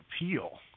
appeal